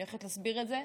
אני הולכת להסביר את זה.